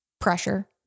pressure